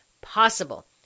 possible